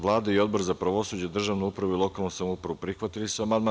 Vlada i Odbor za pravosuđe, državnu upravu i lokalnu samoupravu prihvatili su amandman.